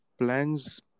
plans